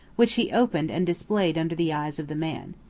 which he opened and displayed under the eyes of the man.